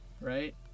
right